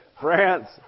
France